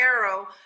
arrow